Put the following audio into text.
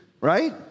right